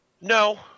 No